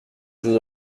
jeux